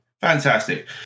fantastic